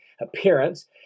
appearance